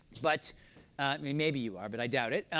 but maybe you are, but i doubt it.